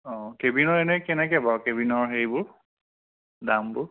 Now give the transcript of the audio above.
অঁ কেবিনৰ এনেই কেনেকৈ বাৰু কেবিনৰ হেৰিবোৰ দামবোৰ